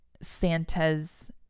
Santa's